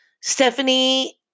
Stephanie